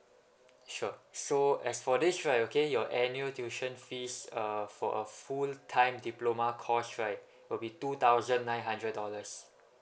sure so as for this right okay your annual tuition fees uh for a full time diploma course right will be two thousand nine hundred dollars